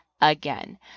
again